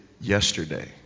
yesterday